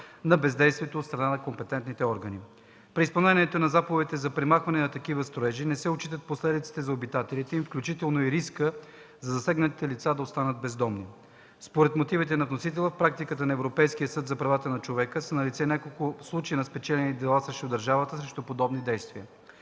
на бездействие от страна на компетентните органи. При изпълнението на заповедите за премахването на такива строежи не се отчитат последиците за обитателите им, включително и рискът за засегнатите лица да останат бездомни. Според мотивите на вносителите в практиката на Европейския съд за правата на човека са налице няколко случая на спечелени дела срещу държавата срещу подобни действия.